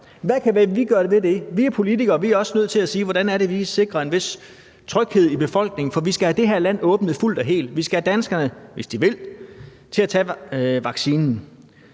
Hvad kan vi gøre ved det? Vi er politikere, og vi er også nødt til at spørge, hvordan det er, vi sikrer en vis tryghed i befolkningen. For vi skal have det her land åbnet fuldt og helt. Vi skal have danskerne, hvis de vil, til at tage vaccinen.